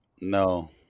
No